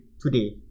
today